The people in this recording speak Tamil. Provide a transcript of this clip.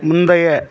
முந்தைய